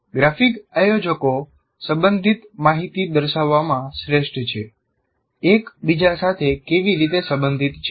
graphic આયોજકો સંબંધિત માહિતી દર્શાવવામાં શ્રેષ્ઠ છે એક બીજા સાથે કેવી રીતે સંબંધિત છે